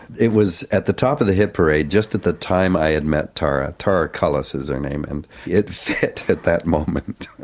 it was at the top of the hit parade just at the time i had met tara. tara cullis is her name, and it fit at that moment.